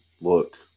Look